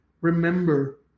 Remember